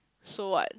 so what